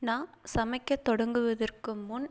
நான் சமைக்க தொடங்குவதற்கு முன்